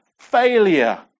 failure